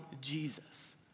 Jesus